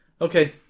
Okay